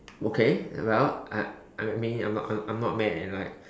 okay well I I mean I'm I'm not mad and like